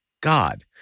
God